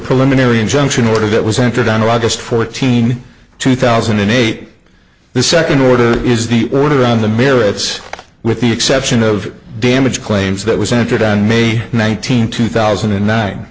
preliminary injunction order that was entered on august fourteenth two thousand and eight the second order is the order on the merits with the exception of damage claims that was entered on may nineteenth two thousand and nine